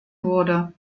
wurde